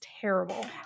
terrible